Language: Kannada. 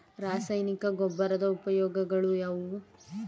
ರಾಸಾಯನಿಕ ಗೊಬ್ಬರದ ಉಪಯೋಗಗಳು ಯಾವುವು?